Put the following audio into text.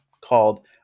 called